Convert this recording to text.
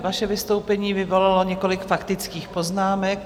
Vaše vystoupení vyvolalo několik faktických poznámek.